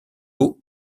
eau